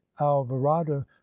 alvarado